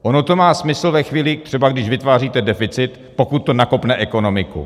Ono to má smysl ve chvíli třeba, když vytváříte deficit, pokud to nakopne ekonomiku.